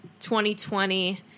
2020